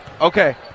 Okay